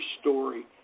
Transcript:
story